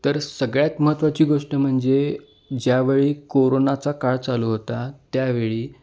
तर सगळ्यात महत्त्वाची गोष्ट म्हणजे ज्यावेळी कोरोनाचा काळ चालू होता त्यावेळी